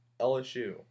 LSU